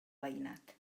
veïnat